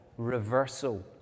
reversal